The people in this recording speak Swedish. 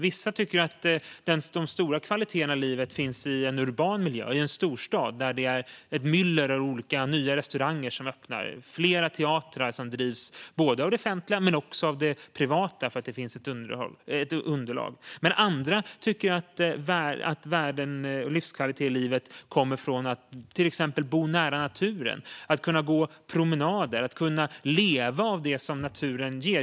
Vissa tycker att de stora kvaliteterna i livet finns i en urban miljö, i en storstad där det är ett myller av olika nya restauranger som öppnar och flera teatrar som drivs av det offentliga och av det privata för att det finns ett underlag. Andra tycker att värden och livskvalitet kommer av att till exempel bo nära naturen, kunna gå promenader och kunna leva av det som naturen ger.